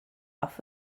off